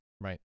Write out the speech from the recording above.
Right